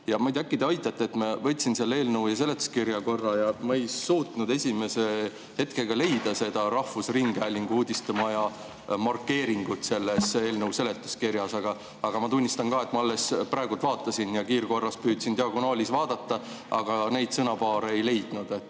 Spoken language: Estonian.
Äkki te aitate? Ma võtsin selle eelnõu ja seletuskirja ette, aga ma ei suutnud esimese hetkega leida rahvusringhäälingu uudistemaja markeeringut selles eelnõu seletuskirjas. Ma tunnistan, et ma alles praegu vaatasin, kiirkorras püüdsin diagonaalis vaadata, aga neid sõnapaare ei leidnud.